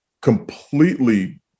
completely